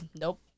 nope